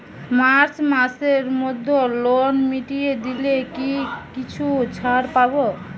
March মাসের মধ্যে loan মিটিয়ে দিলে কি কিছু ছাড় পাব?